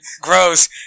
gross